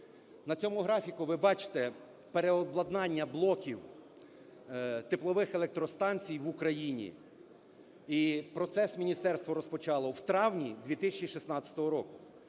На цьому графіку ви бачите переобладнання блоків теплових електростанцій в Україні, і процес міністерство розпочало у травні 2016 року.